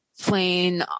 playing